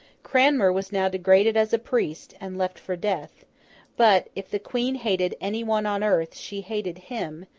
cranmer was now degraded as a priest, and left for death but, if the queen hated any one on earth, she hated him,